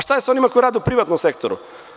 Šta je sa onima koji rade u privatnom sektoru?